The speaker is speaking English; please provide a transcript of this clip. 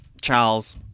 Charles